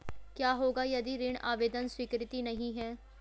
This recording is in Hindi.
क्या होगा यदि ऋण आवेदन स्वीकृत नहीं है?